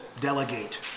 delegate